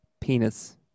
penis